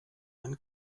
einen